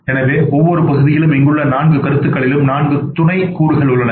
எனவே ஒவ்வொரு பகுதியிலும் இங்குள்ள நான்கு கருத்துகளிலும் நான்கு துணை கூறுகள் உள்ளன